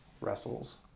wrestles